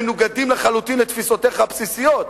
מנוגדים לחלוטין לתפיסותיך הבסיסיות,